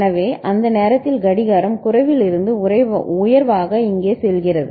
எனவே அந்த நேரத்தில் கடிகாரம் குறைவிலிருந்து உயர்வாக இங்கே செல்கிறது